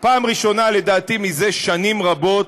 איזה רעש.